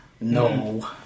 No